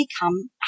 become